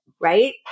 right